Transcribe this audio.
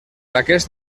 aquest